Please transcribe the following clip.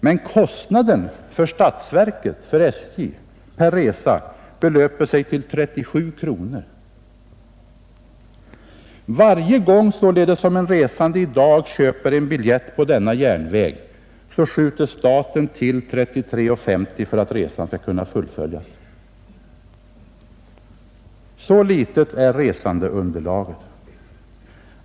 Men kostnaden för SJ per resa belöper sig till 37 kronor. Varje gång en resande i dag köper en biljett på denna järnväg skjuter staten till 33:50 för att resan skall kunna fullföljas. Så litet är resandeunderlaget.